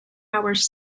hours